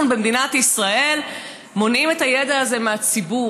אנחנו במדינת ישראל מונעים את הידע הזה מהציבור,